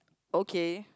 okay